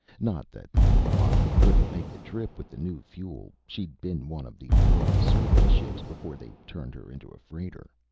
not that the wahoo couldn't make the trip with the new fuel she'd been one of the early survey ships before they turned her into a freighter.